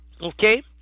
Okay